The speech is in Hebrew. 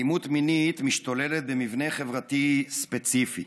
משתוללת במבנה חברתי ספציפי,